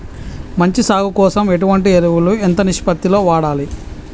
మంచి సాగు కోసం ఎటువంటి ఎరువులు ఎంత నిష్పత్తి లో వాడాలి?